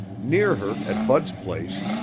near her, at bud's place,